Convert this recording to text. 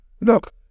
Look